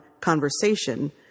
conversation